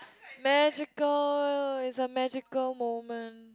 magical is a magical moment